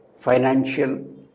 financial